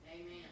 Amen